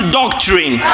doctrine